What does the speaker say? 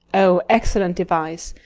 o excellent device!